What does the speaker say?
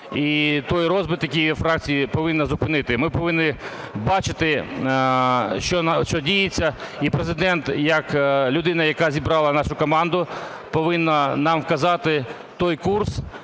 І той розбрат, який є у фракції, повинні зупинити. Ми повинні бачити, що діється. І Президент як людина, яка зібрала нашу команду, повинна нам вказати той курс,